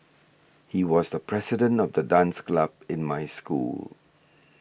he was the president of the dance club in my school